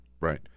right